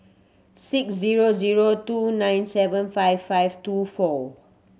six zero zero two nine seven five five two four